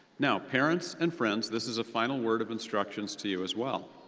now, parents and friends, this is a final word of instructions to you as well.